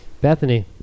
Bethany